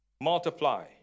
multiply